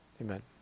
Amen